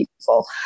people